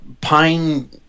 pine